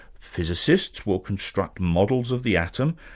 physicists will construct models of the atom,